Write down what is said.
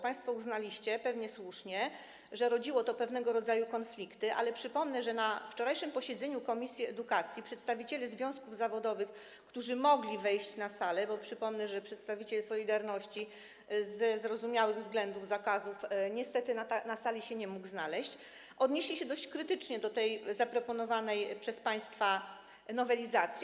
Państwo uznaliście - pewnie słusznie - że rodziło to pewnego rodzaju konflikty, ale przypomnę, że na wczorajszym posiedzeniu komisji edukacji przedstawiciele związków zawodowych, którzy mogli wejść na salę - bo przypomnę, że przedstawiciel „Solidarności” ze zrozumiałych względów, zakazów niestety na sali nie mógł się znaleźć - odnieśli się dość krytycznie do tej zaproponowanej przez państwa nowelizacji.